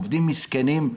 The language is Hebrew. עובדים מסכנים,